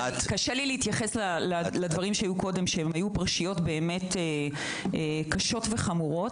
קשה לי להתייחס לדברים שהיו קודם שהיו פרשיות באמת קשות וחמורות.